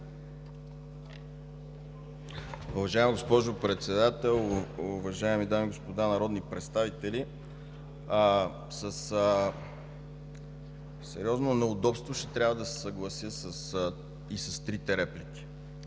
Уважаема госпожо Председател, уважаеми дами и господа народни представители! Със сериозно неудобство ще трябва да се съглася и с трите реплики.